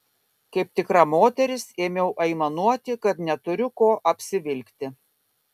kaip tikra moteris ėmiau aimanuoti kad neturiu ko apsivilkti